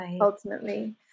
ultimately